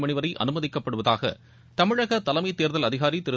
மனிவரை அனுமதிக்கப்படுவதாக தமிழக தலைளமத் தேர்தல் அதிகாரி திரு